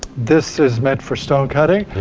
this is meant for stone cutting.